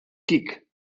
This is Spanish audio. kick